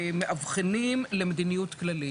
מדברים על מדיניות כללית.